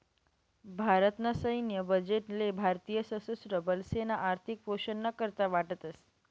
भारत ना सैन्य बजेट ले भारतीय सशस्त्र बलेसना आर्थिक पोषण ना करता वाटतस